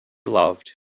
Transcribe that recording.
loved